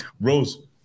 Rose